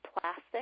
plastic